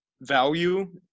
value